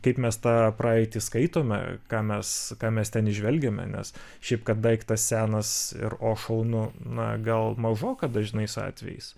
kaip mes tą praeitį skaitome ką mes ką mes ten įžvelgiame nes šiaip kad daiktas senas ir o šaunu na gal mažoka dažnais atvejais